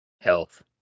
Health